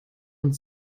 und